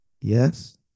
yes